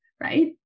Right